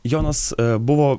jonas buvo